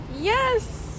yes